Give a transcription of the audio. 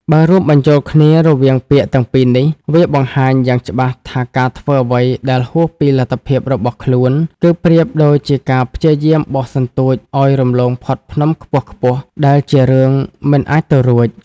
បើរួមបញ្ចូលគ្នារវាងពាក្យទាំងពីរនេះ វាបង្ហាញយ៉ាងច្បាស់ថាការធ្វើអ្វីដែលហួសពីលទ្ធភាពរបស់ខ្លួន គឺប្រៀបដូចជាការព្យាយាមបោះសន្ទូចឲ្យរំលងផុតភ្នំខ្ពស់ៗដែលជារឿងមិនអាចទៅរួច។